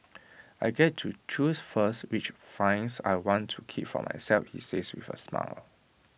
I get to choose first which vinyls I want to keep for myself he says with A smile